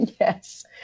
Yes